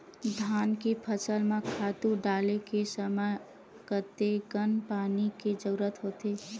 धान के फसल म खातु डाले के समय कतेकन पानी के जरूरत होथे?